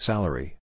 Salary